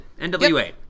NWA